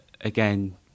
Again